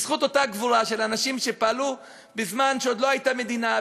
בזכות אותה גבורה של אנשים שפעלו בזמן שעוד לא הייתה מדינה,